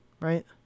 right